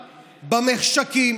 במחשכים.